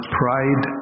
pride